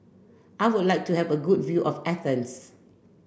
I would like to have a good view of Athens